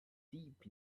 deep